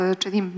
czyli